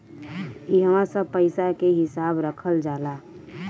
इहवा सब पईसा के हिसाब रखल जाला